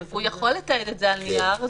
הוא יכול לתעד את זה על נייר.